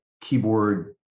keyboard